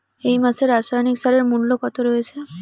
এই মাসে রাসায়নিক সারের মূল্য কত রয়েছে?